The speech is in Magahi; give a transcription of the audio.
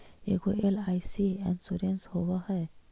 ऐगो एल.आई.सी इंश्योरेंस होव है?